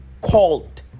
called